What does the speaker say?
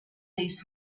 these